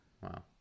wow